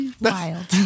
wild